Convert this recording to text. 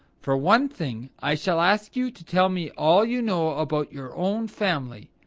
for one thing i shall ask you to tell me all you know about your own family.